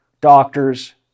doctors